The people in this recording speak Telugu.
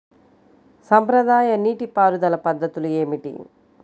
సాంప్రదాయ నీటి పారుదల పద్ధతులు ఏమిటి?